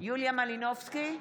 יוליה מלינובסקי,